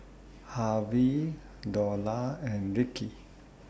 Harvey Dorla and Rickey